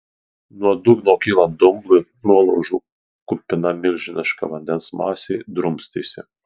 nuo dugno kylant dumblui nuolaužų kupina milžiniška vandens masė drumstėsi